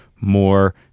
more